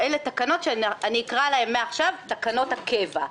אלה תקנות שאקרא להן מעכשיו תקנות הקבע.